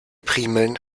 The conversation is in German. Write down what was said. primeln